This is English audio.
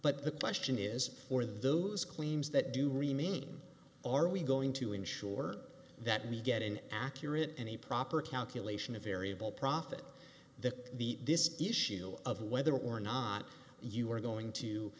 but the question is for those claims that do remain are we going to ensure that we get an accurate and a proper calculation of variable profit the the this issue of whether or not you are going to